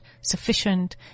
sufficient